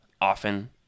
often